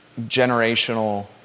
generational